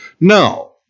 no